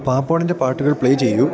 പാപ്പോണിൻ്റെ പാട്ടുകൾ പ്ലേ ചെയ്യൂ